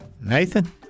Nathan